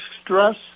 stress